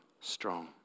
strong